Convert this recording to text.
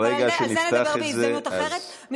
על זה נדבר בהזדמנות אחרת.